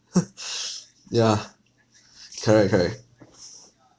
yeah correct correct